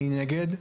מי נגד?